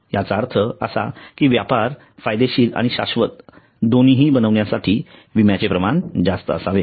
याचा अर्थ असा की व्यापार फायदेशीर आणि शाश्वत दोन्ही बनवण्यासाठी विम्याचे प्रमाण जास्त असावे